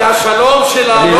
כי השלום שלה לא